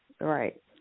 Right